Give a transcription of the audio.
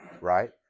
Right